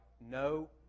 no